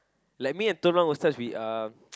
like me and Telok-Blangah ustad we are